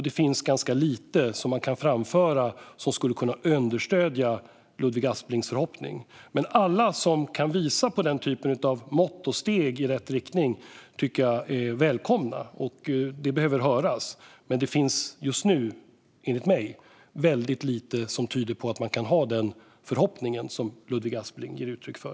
Det finns ganska lite man kan framföra som skulle kunna understödja Ludvig Asplings förhoppning. Alla som kan visa på mått och steg i rätt riktning är välkomna. Det behöver höras. Men det finns just nu, enligt mig, väldigt lite som tyder på att man kan ha den förhoppning som Ludvig Aspling ger uttryck för.